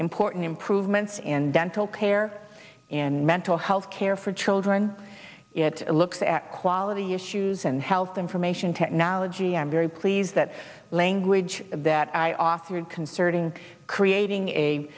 important improvements in dental care in mental health care for children it looks at quality issues and health information technology i'm very pleased that language that i authored concerning creating a